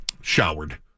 showered